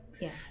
Yes